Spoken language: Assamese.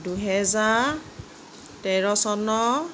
দুহেজাৰ তেৰ চনৰ